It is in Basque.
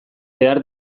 behar